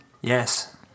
Yes